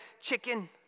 chicken